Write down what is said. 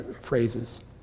phrases